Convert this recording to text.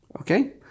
Okay